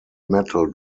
metal